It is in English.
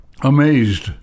amazed